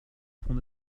front